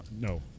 No